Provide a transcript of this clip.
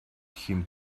him